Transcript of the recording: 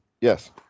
Yes